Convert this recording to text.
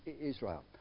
Israel